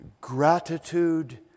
gratitude